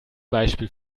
beispiel